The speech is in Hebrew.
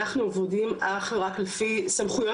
אנחנו עובדים אך ורק לפי סמכויות